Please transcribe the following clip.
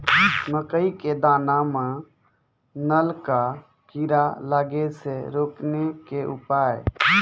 मकई के दाना मां नल का कीड़ा लागे से रोकने के उपाय?